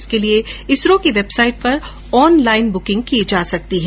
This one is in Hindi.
इसके लिए इसरो की वेबसाइट पर ऑनलाइन बुकिंग की जा सकती है